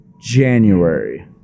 january